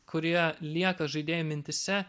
kurie lieka žaidėjo mintyse